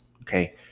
okay